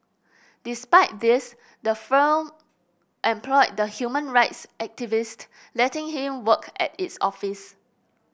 despite this the firm employed the human rights activist letting him work at its office